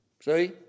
See